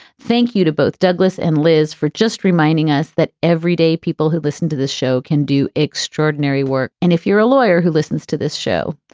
thank you to both douglas and liz for just reminding us that everyday people who listen to this show can do extraordinary work. and if you're a lawyer who listens to this show,